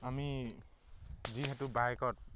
আমি যিহেতু বাইকত